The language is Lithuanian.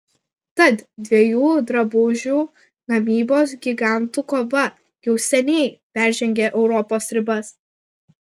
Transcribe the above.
tad dviejų drabužių gamybos gigantų kova jau seniai peržengė europos ribas